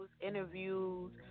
interviews